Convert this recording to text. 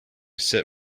sit